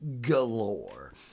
galore